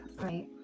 right